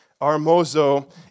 armozo